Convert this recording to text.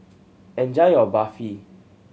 enjoy your Barfi